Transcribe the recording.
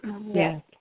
Yes